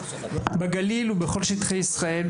בגליל ובכל שטחי ישראל,